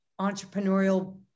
entrepreneurial